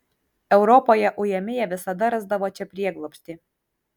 europoje ujami jie visada rasdavo čia prieglobstį